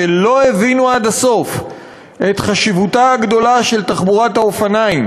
שלא הבינו עד הסוף את חשיבותה הגדולה של תחבורת האופניים